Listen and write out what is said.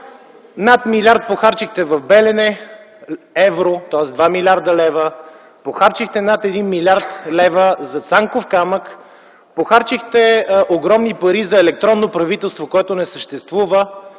Над милиард евро похарчихте в Белене, тоест два милиарда лева. Похарчихте над един милиард лева за „Цанков камък”. Похарчихте огромни пари за електронно правителство, което не съществува.